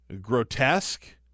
grotesque